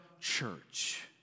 church